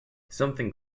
something